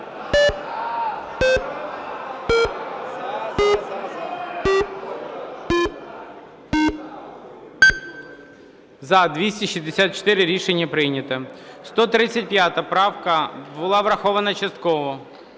За-264 Рішення прийнято. 135 правка була врахована частково.